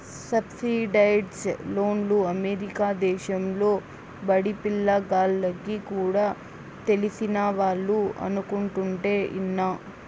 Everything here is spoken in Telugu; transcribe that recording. సబ్సిడైజ్డ్ లోన్లు అమెరికా దేశంలో బడిపిల్ల గాల్లకి కూడా తెలిసినవాళ్లు అనుకుంటుంటే ఇన్నా